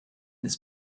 this